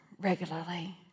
regularly